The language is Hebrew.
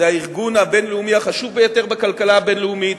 זה הארגון הבין-לאומי החשוב ביותר בכלכלה הבין-לאומית,